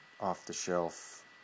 off-the-shelf